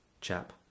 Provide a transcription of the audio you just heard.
chap